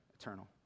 eternal